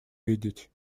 видеть